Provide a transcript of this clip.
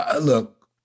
look